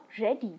ready